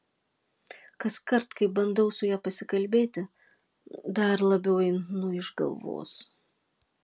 kaskart kai bandau su ja pasikalbėti dar labiau einu iš galvos